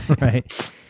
right